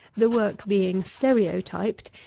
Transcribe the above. the work being stereotyped,